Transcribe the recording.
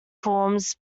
forms